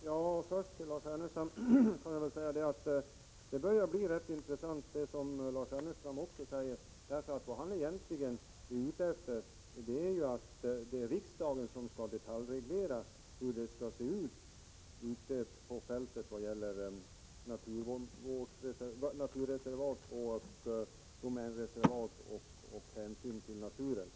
Herr talman! Det börjar bli rätt intressant, precis som Lars Ernestam också säger. Det han egentligen är ute efter är att det är riksdagen som skall detaljreglera hur det skall se ut ute på fältet vad gäller naturreservat, domänreservat och hänsyn till naturen.